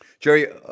Jerry